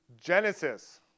Genesis